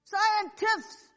Scientists